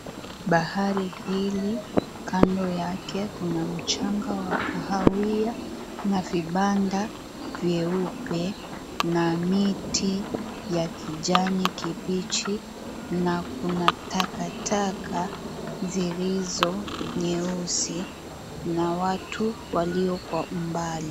Bahari hili, kando yake kuna mchanga wa kahawia, na vibanda vyeupe, na miti ya kijani kibichi. Na kuna takataka zilizo nyeusi, na watu walio kwa umbali.